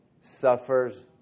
suffers